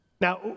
Now